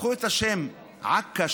הפכו את השם הערבי עַכַּא,